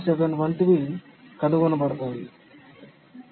7 వంటివి కనుగొనబడతాయి 0